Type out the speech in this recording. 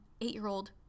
eight-year-old